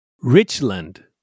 Richland